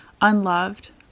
unloved